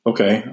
Okay